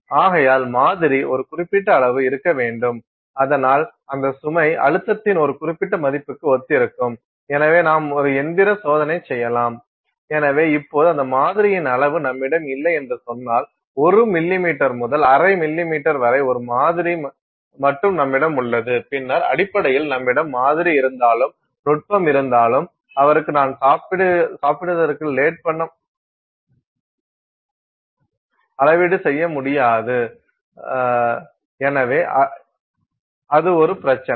ஆகையால் மாதிரி ஒரு குறிப்பிட்ட அளவு இருக்க வேண்டும் அதனால் அந்த சுமை அழுத்தத்தின் ஒரு குறிப்பிட்ட மதிப்புக்கு ஒத்திருக்கும் எனவே நாம் ஒரு இயந்திர சோதனை செய்யலாம் எனவே இப்போது அந்த மாதிரியின் அளவு நம்மிடம் இல்லை என்று சொன்னால் 1 மில்லிமீட்டர் முதல் அரை மில்லிமீட்டர் வரை ஒரு மாதிரி மட்டுமே நம்மிடம் உள்ளது பின்னர் அடிப்படையில் நம்மிடம் மாதிரி இருந்தாலும் நுட்பம் இருந்தாலும் அளவீடு செய்ய முடியாது எனவே அது ஒரு பிரச்சினை